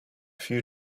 few